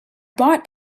bought